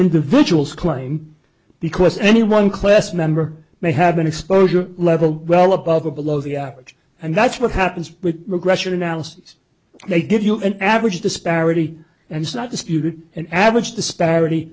individual's claim because any one class member may have an exposure level well above or below the average and that's what happens with regression analysis they give you an average disparity and not disputed an average disparity